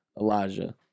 Elijah